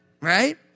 right